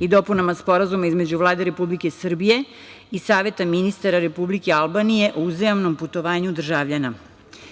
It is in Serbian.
i dopunama Sporazuma između Vlade Republike Srbije i Saveta ministara Republike Albanije o uzajamnom putovanju državljana.Zašto